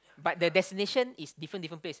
but the destination is different different place